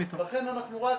לכן, אנחנו רק